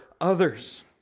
others